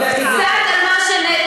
קצת על מה,